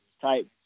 type